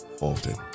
Often